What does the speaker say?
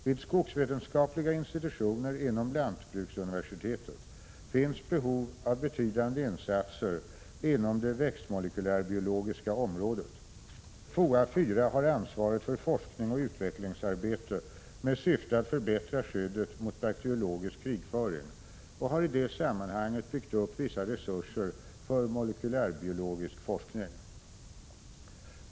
Vid skogsvetenskapliga institutioner inom lantbruksuniversitetet finns behov av betydande insatser inom det växtmolekylärbiologiska området. FOA 4 har ansvaret för forskning och utvecklingsarbete med syfte att förbättra skyddet mot bakteriologisk krigföring och har i det sammanhanget byggt upp vissa resurser för molekylärbiologisk forskning.